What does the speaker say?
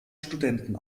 studenten